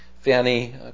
Fanny